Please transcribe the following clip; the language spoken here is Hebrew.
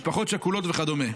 משפחות שכולות וכדו'.